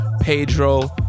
Pedro